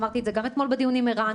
אמרתי את זה גם אתמול בדיון עם ער"ן,